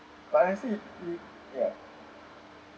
but I see if ya